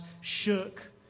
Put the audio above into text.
shook